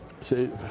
see